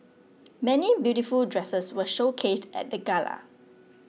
many beautiful dresses were showcased at the gala